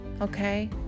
Okay